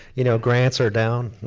you know grants are down,